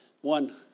One